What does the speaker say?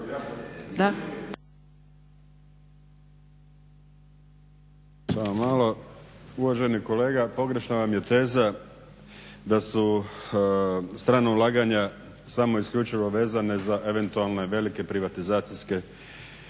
samo malo. Uvaženi kolega pogrešna vam je teza da su strana ulaganja samo isključivo vezane za eventualne velike privatizacijske